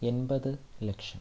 എൺപത് ലക്ഷം